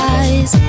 eyes